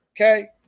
okay